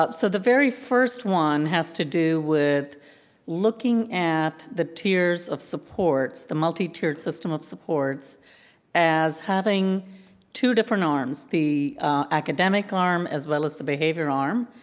so the very first one has to do with looking at the tiers of supports, the multi-tiered system of supports as having two different arms. the academic arm as well as the behavior arm,